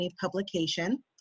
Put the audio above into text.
publication